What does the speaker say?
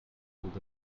would